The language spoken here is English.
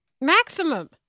Maximum